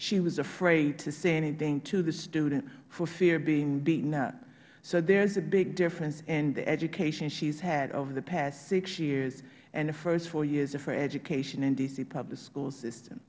she was afraid to say anything to the student for fear of being beaten up so there is a big difference in the education she has had over the past six years and the first four years of her education in the d c public school system